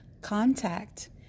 contact